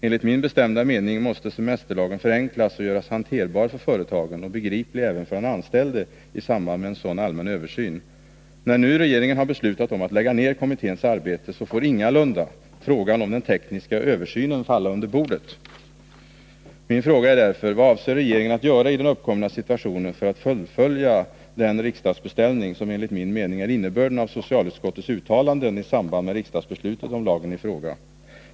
Enligt min bestämda mening måste semesterlagen förenklas och göras hanterbar för företagen och begriplig även för den anställde i samband med en sådan allmän översyn. När nu regeringen har beslutat om att lägga ner kommitténs arbete, får ingalunda frågan om den tekniska översynen falla under bordet. Min fråga är därför: Vad avser regeringen att göra i den uppkomna situationen för att fullfölja den riksdagsbeställning som enligt min mening är innebörden av socialutskottets uttalanden i samband med riksdagsbeslutet om lagen i fråga?